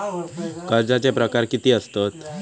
कर्जाचे प्रकार कीती असतत?